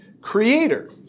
creator